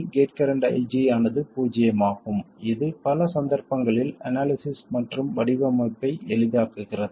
gate current IG ஆனது பூஜ்ஜியமாகும் இது பல சந்தர்ப்பங்களில் அனாலிசிஸ் மற்றும் வடிவமைப்பை எளிதாக்குகிறது